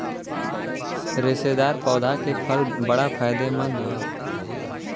रेशेदार पौधा के फल बड़ा फायदेमंद होला